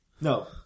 No